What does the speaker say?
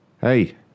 hey